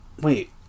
Wait